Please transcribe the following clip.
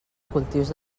cultius